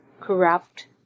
corrupt